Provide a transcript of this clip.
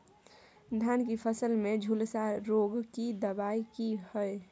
धान की फसल में झुलसा रोग की दबाय की हय?